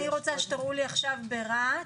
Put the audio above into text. אוקיי, אני רוצה שתראו לי עכשיו ברהט,